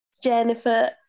Jennifer